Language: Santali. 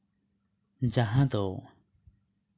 ᱡᱟᱦᱟᱸ ᱫᱚ